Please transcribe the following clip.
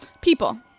people